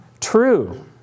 true